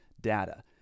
data